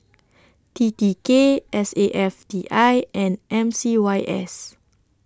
T T K S A F T I and M C Y S